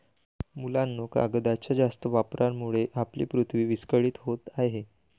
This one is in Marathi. मुलांनो, कागदाच्या जास्त वापरामुळे आपली पृथ्वी विस्कळीत होत आहे